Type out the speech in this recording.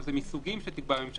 אבל זה מסוגים שתקבע הממשלה,